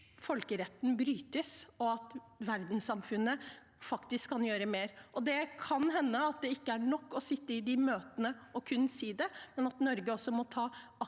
at folkeretten brytes, og at verdenssamfunnet faktisk kan gjøre mer. Kan hende er det ikke nok å sitte i de møtene og kun si det. Kan hende Norge også må ta aktive